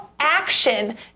action